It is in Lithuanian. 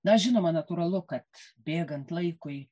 na žinoma natūralu kad bėgant laikui